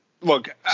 Look